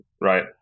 right